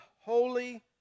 holy